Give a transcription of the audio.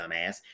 dumbass